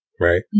right